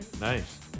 Nice